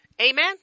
amen